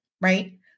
right